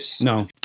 No